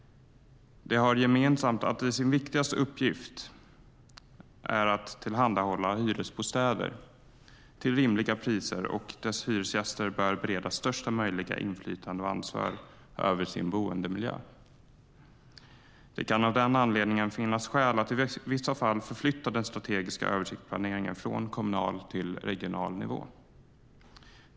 De har som sin gemensamma och viktigaste uppgift att tillhandahålla hyresbostäder till rimliga priser. Dess hyresgäster bör beredas största möjliga inflytande och ansvar över sin boendemiljö. Det kan av den anledningen finnas skäl att i vissa fall förflytta den strategiska översiktsplaneringen från kommunal till regional nivå.